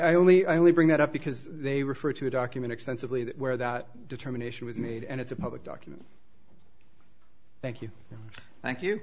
i only i only bring that up because they refer to a document extensively where that determination was made and it's a public document thank you you thank